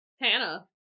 Hannah